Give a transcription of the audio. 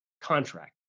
contract